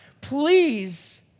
please